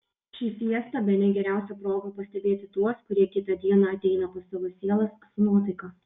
ši fiesta bene geriausia proga pastebėti tuos kurie kitą dieną ateina pas savo sielas su nuotaika